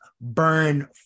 burn